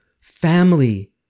family